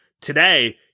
today